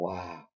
Wow